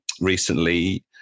recently